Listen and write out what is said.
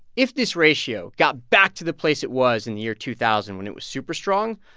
if this ratio got back to the place it was in the year two thousand when it was super strong,